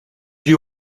you